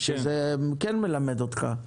וזה מלמד אותך.